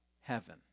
Heaven